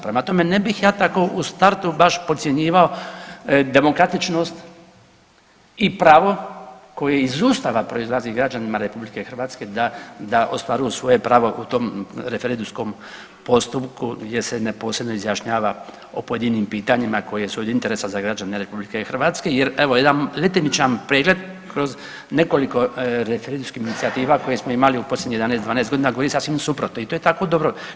Prema tome, ne bih ja tako u startu baš podcjenjivao demokratičnost i pravo koje iz ustava proizlazi građanima RH da, da ostvaruju svoje pravo u tom referendumskom postupku gdje se neposredno izjašnjava o pojedinim pitanjima koje su od interesa za građana RH, jer evo jedan letimičan pregled kroz nekoliko referendumskih inicijativa koje smo imali u posljednjih 11.-12.g. govori sasvim suprotno i to je tako dobro.